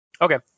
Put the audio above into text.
Okay